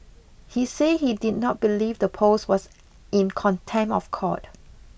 he said he did not believe the post was in contempt of court